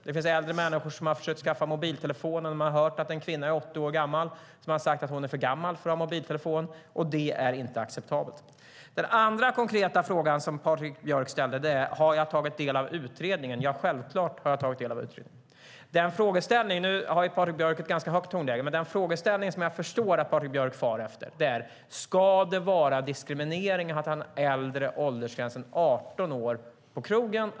Det finns äldre människor som har försökt skaffa en mobiltelefon, men när man har hört att en kvinna är 80 år gammal har man sagt att hon är för gammal för att ha en mobiltelefon. Det är inte acceptabelt. Den andra konkreta frågan som Patrik Björck ställde var om jag har tagit del av utredningen. Ja, jag har självfallet tagit del av utredningen. Patrik Björck har ett ganska högt tonläge, men den fråga som jag förstår att Patrik Björck far efter är: Ska det vara diskriminering att ha en äldre åldersgräns än 18 år på krogen?